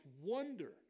wonder